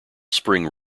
spring